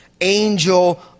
angel